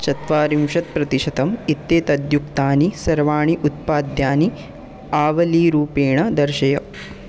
चत्वारिंशत् प्रतिशतम् इत्येतद्युक्तानि सर्वाणि उत्पाद्यानि आवलीरूपेण दर्शय